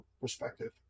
perspective